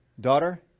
daughter